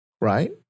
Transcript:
right